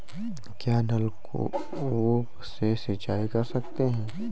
क्या नलकूप से सिंचाई कर सकते हैं?